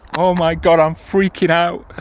oh my god i'm freaking out